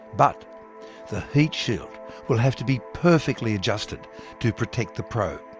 but the heat shield will have to be perfectly adjusted to protect the probe.